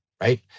right